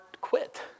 quit